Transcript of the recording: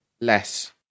less